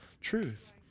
truth